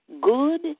good